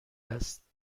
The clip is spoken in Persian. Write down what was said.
است